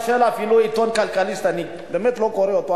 אפילו של עיתון "כלכליסט" אני באמת לא קורא אותו,